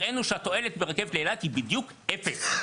הראינו שהתועלת ברכבת לאילת היא בדיוק אפס.